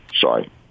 sorry